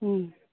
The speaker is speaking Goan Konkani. हं